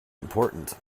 important